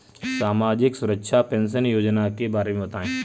सामाजिक सुरक्षा पेंशन योजना के बारे में बताएँ?